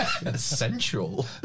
Essential